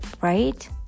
right